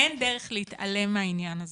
אין דרך להתעלם מהעניין הזה.